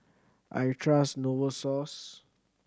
I trust Novosource